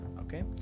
okay